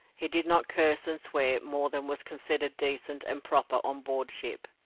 he did not curse and swear more than was considered decent and proper on board ship,